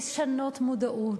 לשנות מודעות,